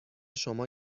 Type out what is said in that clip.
شما